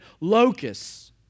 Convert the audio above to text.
Locusts